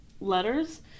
letters